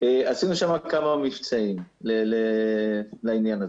עשינו שם כמה מבצעים לעניין הזה.